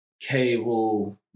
cable